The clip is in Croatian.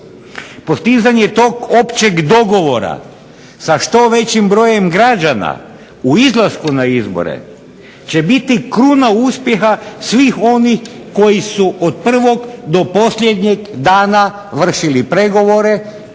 Postizanje tog općeg dogovora sa što većim brojem građana u izlasku na izbore će biti kruna uspjeha svih onih koji su od prvog do posljednjeg dana vršili pregovore